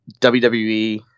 WWE